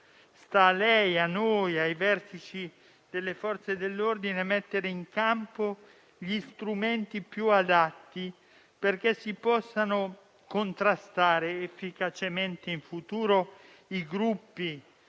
Sta a lei, a noi, ai vertici delle Forze dell'ordine mettere in campo gli strumenti più adatti perché, in futuro, si possano contrastare efficacemente i gruppi